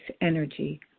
energy